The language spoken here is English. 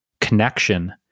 connection